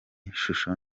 shusho